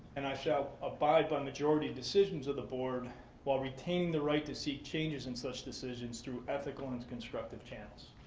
and i shall abide by majority and decisions of the board while retaining the right to seek changes in such decisions through ethical and constructive channels.